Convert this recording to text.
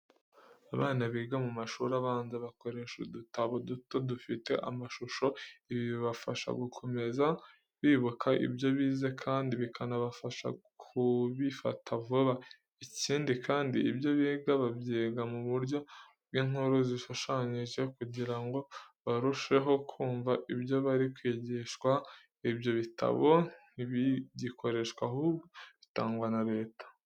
Abana biga mu mashuri abanza bakoresha udutabo duto dufite amashusho. Ibi bibafasha gukomeza bibuka ibyo bize kandi bikanabafasha gubifata vuba. Ikindi kandi ibyo biga babyiga mu buryo bw'inkuru zishushanyije kugira ngo barusheho kumva ibyo bari kwigishwa. Ibyo bitabo ntibigurishwa ahubwo bitangwa na Leta.